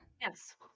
yes